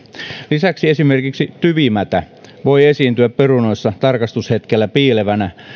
lisäksi esimerkiksi tyvimätä voi esiintyä perunoissa tarkastushetkellä piilevänä